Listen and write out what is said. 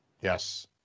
Yes